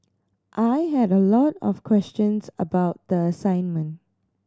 I had a lot of questions about the assignment